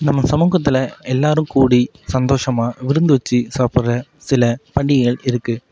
நம்ம சமூகத்தில் எல்லோரும் கூடி சந்தோஷமா விருந்து வச்சு சாப்பிட்ற சில பண்டிகைகள் இருக்கு